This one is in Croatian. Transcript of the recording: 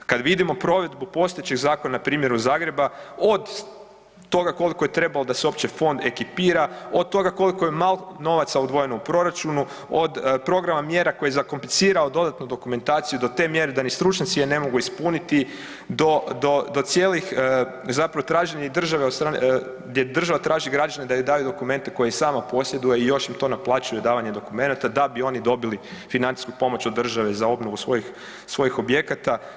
Kad vidimo provedbu postojećeg zakona na primjeru Zagreba, od toga koliko je trebalo da se uopće Fond ekipira, od toga koliko je malo novaca odvojeno u proračunu, od programa mjera koji je zakomplicirao dodatno dokumentaciju do te mjere da ni stručnjaci je ne mogu ispuniti do cijelih zapravo traženja države od strane, gdje država traži građane da joj daju dokumente koje i sama posjeduje i još im to naplaćuje, davanje dokumenata, da bi oni dobili financijsku pomoć od države za obnovu svojih objekata.